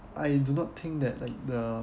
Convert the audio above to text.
I do not think that like the